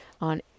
on